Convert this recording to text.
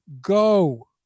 Go